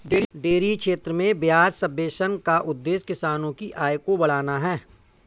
dairy क्षेत्र में ब्याज सब्वेंशन का उद्देश्य किसानों की आय को बढ़ाना है